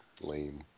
Lame